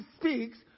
speaks